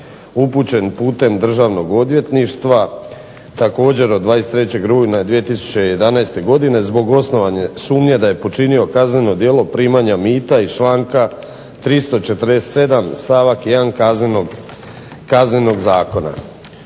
upućen putem državnog odvjetništva, također od 23. rujna 2011. godine zbog osnovane sumnje da je počinio kazneno djelo primanja mita iz članka 347. stavak 1. Kaznenog zakona.